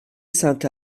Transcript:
sainte